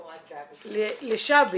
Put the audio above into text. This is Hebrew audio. לשבי.